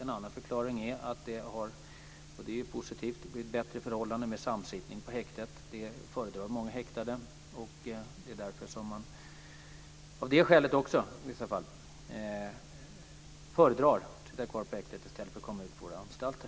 En annan förklaring är att det har blivit bättre förhållanden med samsittning på häktet, och det är ju positivt. Det föredrar många häktade, och det är också i vissa fall av det skälet som man föredrar att sitta kvar på häktet i stället för att komma ut på våra anstalter.